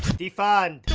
defund